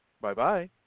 Bye-bye